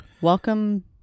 Welcome